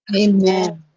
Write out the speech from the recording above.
amen